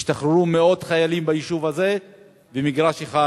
השתחררו מאות חיילים ביישוב הזה ומגרש אחד